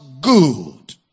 good